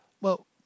Well